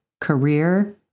Career